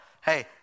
hey